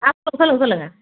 ஆ சொல்லுங்கள் சொல்லுங்கள்